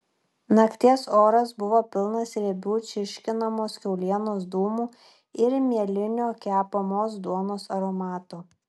nakties oras buvo pilnas riebių čirškinamos kiaulienos dūmų ir mielinio kepamos duonos aromato